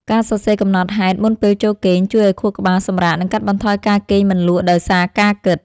ការសរសេរកំណត់ហេតុមុនពេលចូលគេង ជួយឱ្យខួរក្បាលសម្រាក និងកាត់បន្ថយការគេងមិនលក់ដោយសារការគិត។